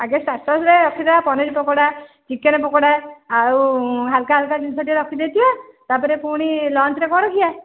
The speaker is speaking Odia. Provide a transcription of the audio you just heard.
ଆଗେ ଷ୍ଟାଟସ୍ରେ ରଖିିବା ପନିର୍ ପକୋଡ଼ା ଚିକେନ୍ ପକୋଡ଼ା ଆଉ ହାଲକା ହାଲକା ଜିନିଷ ଟିକେ ରଖି ଦେଇଥିବା ତା'ପରେ ପୁଣି ଲଞ୍ଚରେ କ'ଣ ରଖିବା